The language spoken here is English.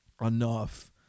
enough